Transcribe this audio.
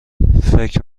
فکر